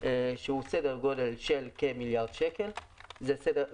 שזה סדר גודל של מיליארד שקל סבסוד.